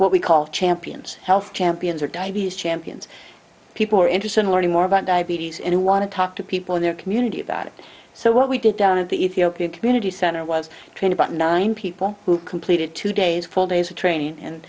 what we call champions health champions or diabetes champions people who are interested in learning more about bts in want to talk to people in their community about it so what we did down of the ethiopian community center was train about nine people who completed two days four days of training and